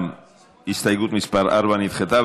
גם הסתייגות מס' 4 נדחתה.